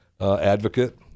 advocate